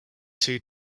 two